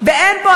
ואין פה,